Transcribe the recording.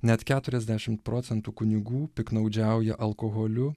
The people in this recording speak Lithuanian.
net keturiasdešimt procentų kunigų piktnaudžiauja alkoholiu